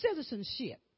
citizenship